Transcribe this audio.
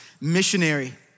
Missionary